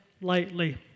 lightly